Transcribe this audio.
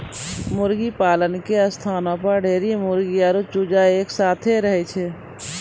मुर्गीपालन के स्थानो पर ढेरी मुर्गी आरु चूजा एक साथै रहै छै